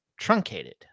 truncated